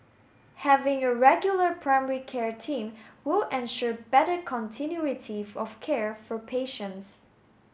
having a regular primary care team will ensure better continuity if of care for patients